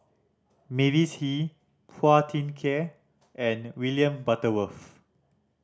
Mavis Hee Phua Thin Kiay and William Butterworth